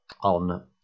on